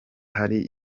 hari